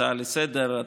הצעה לסדר-היום,